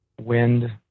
wind